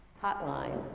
hot line.